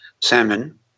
salmon